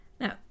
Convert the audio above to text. Now